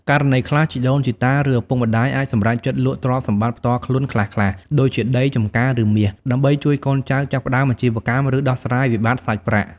ករណីខ្លះ ជីដូនជីតា ឬឪពុកម្តាយអាចសម្រេចចិត្តលក់ទ្រព្យសម្បត្តិផ្ទាល់ខ្លួនខ្លះៗ ដូចជាដី ចម្ការ ឬមាស ដើម្បីជួយកូនចៅចាប់ផ្តើមអាជីវកម្ម ឬដោះស្រាយវិបត្តិសាច់ប្រាក់។